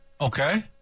Okay